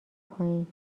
پایین